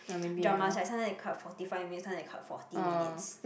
dramas right sometime they cut forty five minute sometime they cut forty minutes